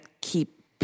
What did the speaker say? keep